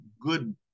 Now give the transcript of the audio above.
good